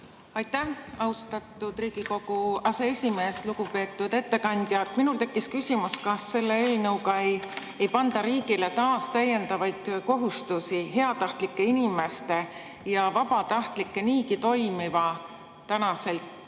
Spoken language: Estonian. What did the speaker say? Aitäh, austatud Riigikogu aseesimees! Lugupeetud ettekandja! Minul tekkis küsimus, kas selle eelnõuga ei panda riigile taas täiendavaid kohustusi, heatahtlike inimeste ja vabatahtlike niigi toimivast, tänases